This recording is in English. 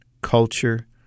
culture